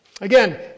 Again